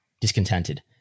discontented